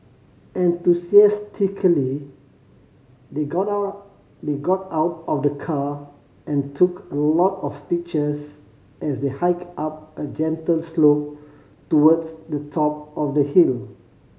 enthusiastically they got out they got out of the car and took a lot of pictures as they hiked up a gentle slope towards the top of the hill